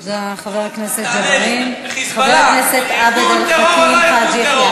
תענה לי: "חיזבאללה" הוא ארגון טרור או לא ארגון טרור?